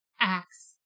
acts